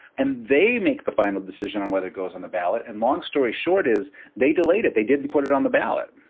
and they make the final decision on whether it goes on the ballot. and long story short is they delayed it. they didn't put it on the ballot.